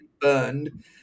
Burned